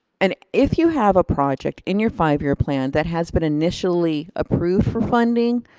and if you have a project in your five year plan that has been initially approved for funding,